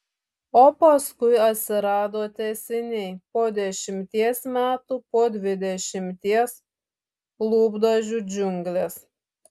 o paskui atsirado tęsiniai po dešimties metų po dvidešimties lūpdažių džiunglės